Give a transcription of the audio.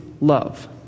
love